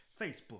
Facebook